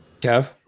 Kev